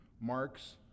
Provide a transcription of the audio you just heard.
Mark's